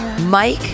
Mike